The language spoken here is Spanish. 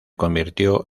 convirtió